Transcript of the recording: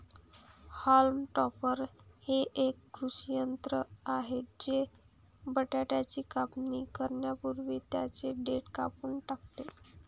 haulm topper हे एक कृषी यंत्र आहे जे बटाट्याची कापणी करण्यापूर्वी त्यांची देठ कापून टाकते